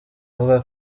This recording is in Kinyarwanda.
avuga